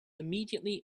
immediately